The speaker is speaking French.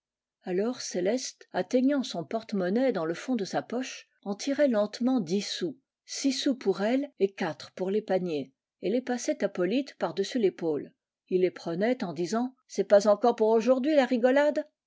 dans le fond de sa poche en tirait lentement dix sous six sous pour elle et quatre pour les paniers et les passait à polyte par-dessus l'épaule ii les prenait en disant c'est pas encore pour aujourd'hui la rigolade